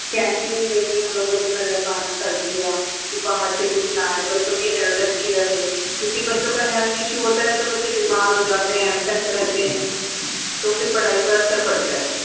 canteen میں بھی ہم لوگوں نے گھر کا کھانا سرو کیا کہ باہر سے کچھ نہ آئے بچوں کی ہیلتھ اچھی رہے کیونکہ بچوں کا ہیلتھ ایشو ہوتا ہے تو بچے بیمار ہو جاتے ہیں ایبسینٹ رہتے ہیں تو پھر پڑھائی پر اثر پڑتا ہے